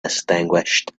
extinguished